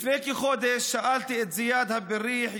לפני כחודש שאלתי את זיאד הב א-ריח,